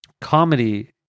comedy